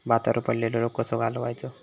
भातावर पडलेलो रोग कसो घालवायचो?